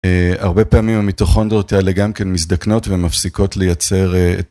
הרבה פעמים המיטוכונדריות האלה גם כן מזדקנות ומפסיקות לייצר את...